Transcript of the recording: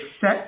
set